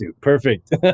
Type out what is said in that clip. Perfect